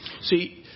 See